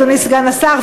אדוני סגן השר,